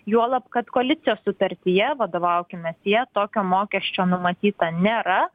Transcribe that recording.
juolab kad koalicijos sutartyje vadovaukimės ja tokio mokesčio numatyta nėra